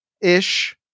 ish